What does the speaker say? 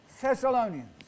Thessalonians